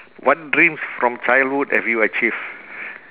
what dreams from childhood have you achieve